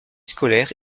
scolaire